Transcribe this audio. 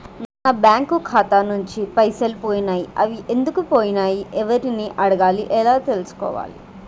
నా బ్యాంకు ఖాతా నుంచి పైసలు పోయినయ్ అవి ఎందుకు పోయినయ్ ఎవరిని అడగాలి ఎలా తెలుసుకోవాలి?